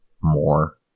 more